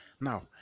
Now